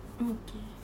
okay